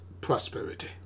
prosperity